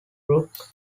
brook